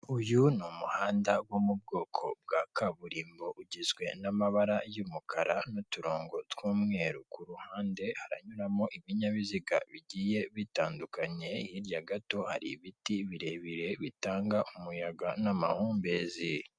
Uyu ni umuhanda wo mu bwoko bwa kaburimbo, ugizwe n'amabara y'umukara n'uturongo tw'umweru ku ruhande, haranyuramo ibinyabiziga bigiye bitandukanye, hirya gato hari ibiti birebire, bitanga umuyaga n'amahumbezi.